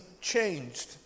changed